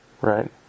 Right